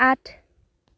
আঠ